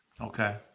Okay